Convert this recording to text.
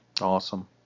Awesome